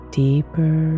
deeper